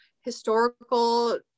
historical